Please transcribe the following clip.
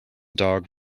dog